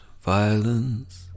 violence